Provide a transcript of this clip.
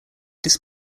this